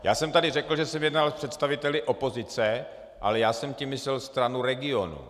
Já jsem tady řekl, že jsem jednal s představiteli opozice, ale já jsem tím myslel Stranu regionů.